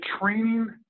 training